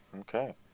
Okay